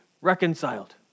reconciled